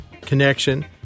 connection